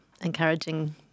encouraging